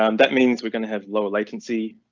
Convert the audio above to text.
um that means we're going to have lower latency